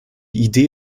idee